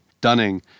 Dunning